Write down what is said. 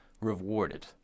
rewarded